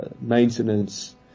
maintenance